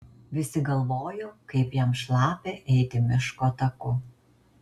visi galvojo kaip jam šlapia eiti miško taku